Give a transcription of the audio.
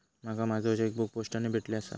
माका माझो चेकबुक पोस्टाने भेटले आसा